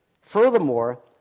Furthermore